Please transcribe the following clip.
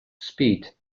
speed